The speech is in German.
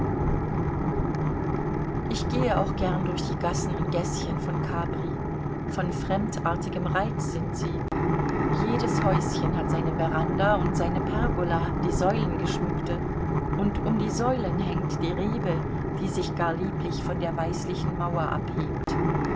ich gehe auch gern durch die gassen und gäßchen von capri von fremdartigem reiz sind sie jedes häuschen hat seine veranda und seine pergola die säulengeschmückte und um die säulen hängt die rebe die sich gar lieblich von der weißlichen mauer abhebt